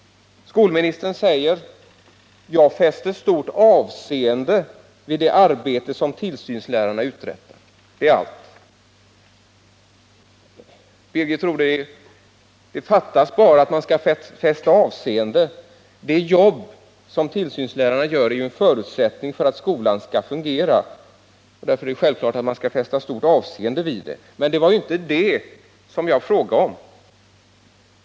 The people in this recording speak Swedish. Skolministern säger att hon ”fäster stort avseende vid det arbete som tillsynslärarna uträttar”. Ja, Birgit Rodhe, fattas bara annat. Det jobb som tillsynslärarna gör är ju en förutsättning för att skolan skall fungera, och därför är det självklart att man skall fästa stort avseende vid det. Men det var ju inte det jag frågade om.